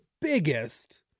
biggest